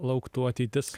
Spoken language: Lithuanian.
lauktų ateitis